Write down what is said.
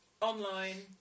online